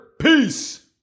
Peace